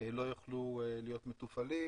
לא יוכלו להיות מתופעלים